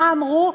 מה אמרו?